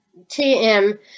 TM